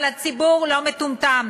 אבל הציבור לא מטומטם.